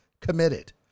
committed